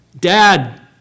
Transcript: Dad